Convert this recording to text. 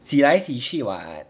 挤来挤去 [what]